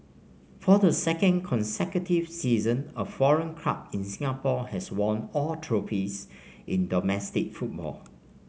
for the second consecutive season a foreign club in Singapore has won all trophies in domestic football